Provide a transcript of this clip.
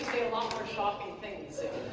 shocking things if